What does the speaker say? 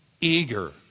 eager